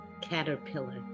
caterpillar